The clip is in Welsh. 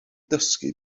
dysgu